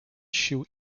sił